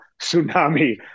tsunami